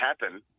happen